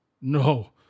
No